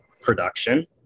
production